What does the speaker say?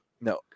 no